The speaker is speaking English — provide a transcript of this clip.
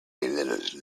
little